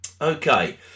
Okay